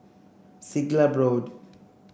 Siglap Road